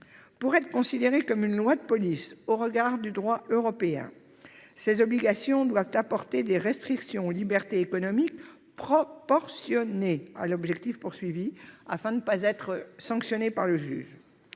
Pour être considérées comme des lois de police au regard du droit européen, ces obligations doivent apporter des restrictions aux libertés économiques proportionnées à l'objectif visé, afin de ne pas être censurées par le juge.